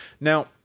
Now